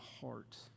heart